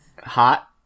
hot